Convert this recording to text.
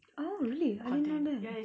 oh really I didn't know that